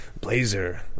Blazer